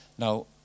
Now